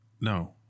no